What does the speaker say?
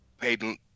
Peyton